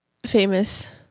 famous